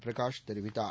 பிரகாஷ் தெரிவித்தார்